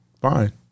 fine